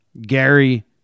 Gary